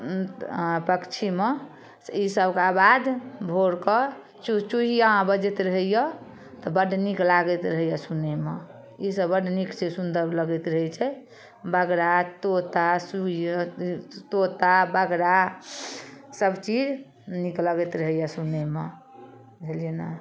पक्षीमेसे ईसबके आवाज भोरके चुचुहिआ बजैत रहैए तऽ बड़ नीक लागैत रहैए सुनैमे ईसब बड़ नीक छै सुन्दर लगैत रहै छै बगरा तोता सु तोता बगरा सब चीज नीक लगैत रहैए सुनैमे बुझलिए ने